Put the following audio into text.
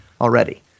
already